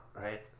right